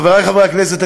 חברי חברי הכנסת,